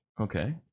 Okay